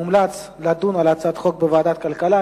מומלץ לדון על הצעת החוק בוועדת הכלכלה.